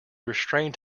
restrained